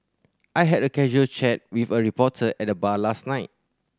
I had a casual chat with a reporter at the bar last night